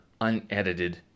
unedited